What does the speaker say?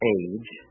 age